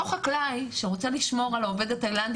אותו חקלאי שרוצה לשמור על העובד התאילנדי